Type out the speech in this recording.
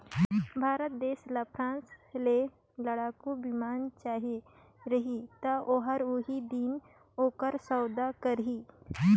भारत देस ल फ्रांस ले लड़ाकू बिमान चाहिए रही ता ओहर ओही दिन ओकर सउदा करही